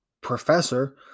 professor